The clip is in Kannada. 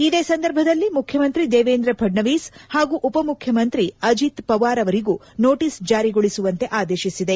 ಇದೇ ಸಂದರ್ಭದಲ್ಲಿ ಮುಖ್ಕಮಂತ್ರಿ ದೇವೇಂದ್ರ ಫಡ್ನವೀಸ್ ಪಾಗೂ ಉಪಮುಖ್ಯಮಂತ್ರಿ ಅಜಿತ್ ಪವಾರ್ ಅವರಿಗೂ ನೋಟಿಸ್ ಜಾರಿಗೊಳಿಸುವಂತೆ ಆದೇಶಿಸಿದೆ